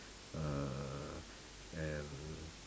err and